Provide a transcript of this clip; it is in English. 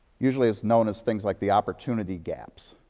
usually is known as things like the opportunity gaps.